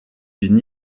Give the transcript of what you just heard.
d’une